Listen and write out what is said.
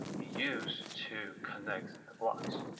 use to connect the blocks.